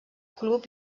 club